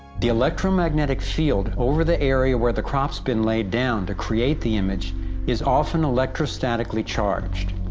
the electromagnetic field over the area where the crop's been laid down to create the image is often electro-statically charged.